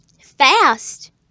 fast